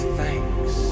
thanks